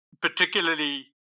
particularly